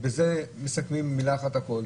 ובזה מסכמים במילה אחת את הכול,